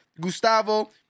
Gustavo